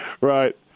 right